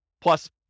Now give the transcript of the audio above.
plus